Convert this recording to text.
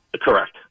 Correct